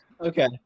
okay